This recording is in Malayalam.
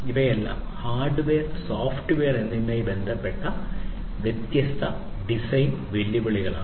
ഇവയെല്ലാം ഹാർഡ്വെയർ സോഫ്റ്റ്വെയർ എന്നിവയുമായി ബന്ധപ്പെട്ട വ്യത്യസ്ത ഡിസൈൻ വെല്ലുവിളികളാണ്